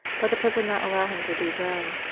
but the pope would not allow him to leave rome.